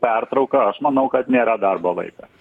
pertrauka aš manau kad nėra darbo laiko laikas